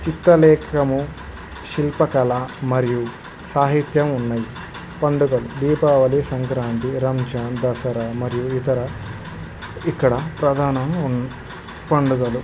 చిత్రలేఖము శిల్పకళ మరియు సాహిత్యం ఉన్నయి పండుగలు దీపావళి సంక్రాంతి రంజాన్ దసరా మరియు ఇతర ఇక్కడ ప్రధానం ఉ పండగలు